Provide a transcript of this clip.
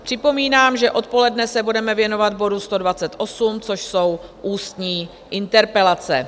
Připomínám, že odpoledne se budeme věnovat bodu 128, což jsou ústní interpelace.